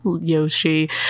Yoshi